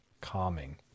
calming